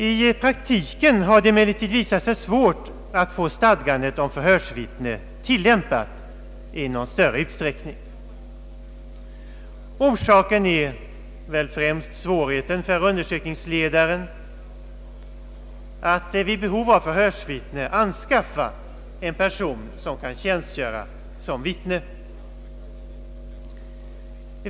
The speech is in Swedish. I praktiken har det emellertid visat sig svårt att få stadgandet om förhörsvittne tillämpat i någon större utsträckning. Orsaken är väl främst svårigheten för undersökningsledaren att vid behov av förhörsvittne anskaffa en person som kan tjänstgöra såsom vittne.